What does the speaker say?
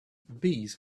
bees